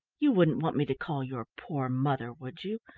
you wouldn't want me to call your poor mother, would you,